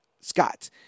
Scott